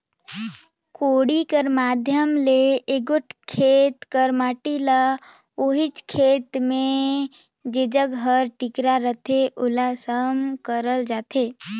कोड़ी कर माध्यम ले एगोट खेत कर माटी ल ओहिच खेत मे जेजग हर टिकरा रहथे ओला सम करल जाथे